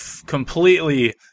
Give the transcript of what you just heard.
completely